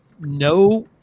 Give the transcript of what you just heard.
no